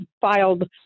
filed